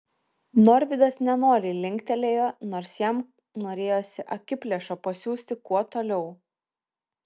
norvydas nenoriai linktelėjo nors jam norėjosi akiplėšą pasiųsti kuo toliau